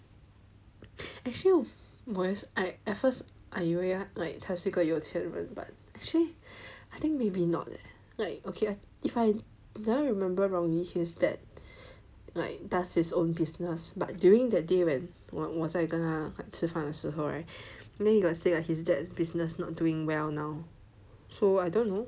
actually 我也是 at first I 以为他是个有钱人 but actually I think maybe not leh like ok if I never remember wrongly his dad like does his own business but during that day when 我再跟他吃饭的时候 right then he got say like his dad's business not doing well now so I don't know